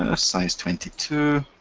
ah size twenty two.